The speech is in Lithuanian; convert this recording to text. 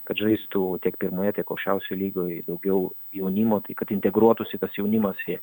kad žaistų tiek pirmoje tiek aukščiausioj lygoj daugiau jaunimo tai kad integruotųsi tas jaunimas į